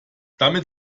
damit